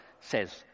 says